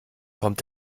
kommt